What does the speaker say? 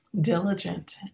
diligent